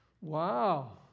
wow